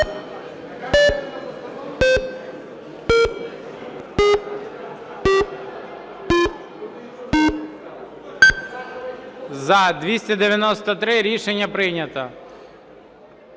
За-292 Рішення прийнято.